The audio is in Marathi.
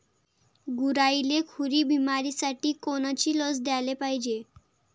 गुरांइले खुरी बिमारीसाठी कोनची लस द्याले पायजे?